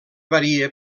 varia